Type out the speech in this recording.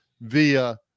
via